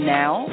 now